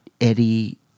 Eddie